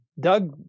Doug